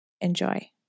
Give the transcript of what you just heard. Enjoy